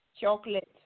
chocolate